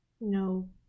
No